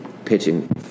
pitching